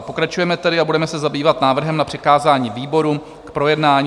Pokračujeme tedy a budeme se zabývat návrhem na přikázání výborům k projednání.